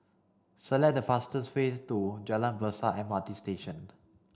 select the fastest way to Jalan Besar M R T Station